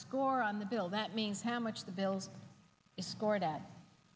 score on the bill that means how much the bill is scored that